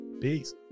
peace